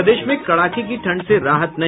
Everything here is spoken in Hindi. प्रदेश में कड़ाके की ठंड से राहत नहीं